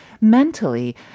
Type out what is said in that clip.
mentally